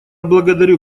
благодарю